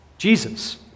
Jesus